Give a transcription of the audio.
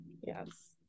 yes